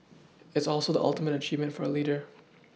it's also the ultimate achievement for a leader